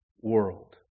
world